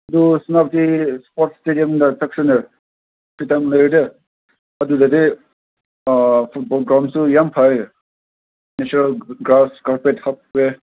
ꯑꯗꯨ ꯁꯥꯟꯅꯕꯗꯤ ꯏꯁꯄꯣꯔꯠ ꯏꯁꯇꯦꯗꯤꯌꯝꯗ ꯆꯠꯁꯤꯅꯦ ꯄ꯭ꯔꯤꯇꯝ ꯂꯩꯔꯗꯤ ꯑꯗꯨꯗꯗꯤ ꯐꯨꯠꯕꯣꯜ ꯒ꯭ꯔꯥꯎꯟꯗꯁꯨ ꯌꯥꯝ ꯐꯔꯦ ꯅꯦꯆꯔꯦꯜ ꯒ꯭ꯔꯥꯁ ꯀꯥꯔꯄꯦꯠꯁꯨ ꯍꯥꯞꯄꯦ